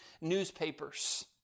newspapers